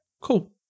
cool